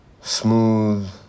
smooth